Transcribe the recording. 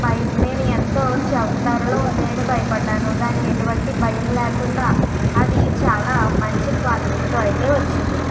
నేను ఎంతో చౌక ధరలో ఉంది అని భయపడ్డాను కానీ ఎటువంటి భయం లేకుండా అది చాలా మంచి క్వాలిటీతో అయితే వచ్చింది